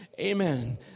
Amen